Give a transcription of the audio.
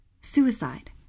suicide